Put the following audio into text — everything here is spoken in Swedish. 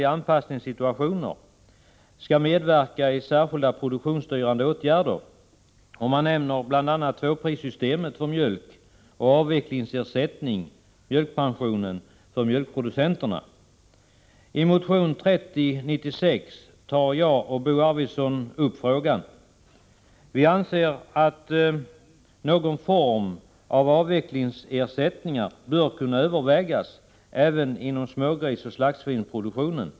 anpassningssituationer skall medverka i speciella produktionsstyrande åtgärder. Bl.a. nämns tvåprissystemet för mjölk och avvecklingsersättning för mjölkproducenterna. I motion 3096 tar jag och Bo Arvidson upp frågan. Vi anser att någon form av avvecklingsersättning bör kunna övervägas även inom smågrisoch slaktsvinsproduktionen.